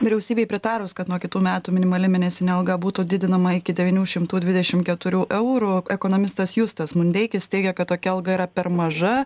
vyriausybei pritarus kad nuo kitų metų minimali mėnesinė alga būtų didinama iki devynių šimtų dvidešim keturių eurų ekonomistas justas mundeikis teigia kad tokia alga yra per maža